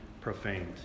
profaned